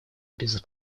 без